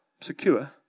secure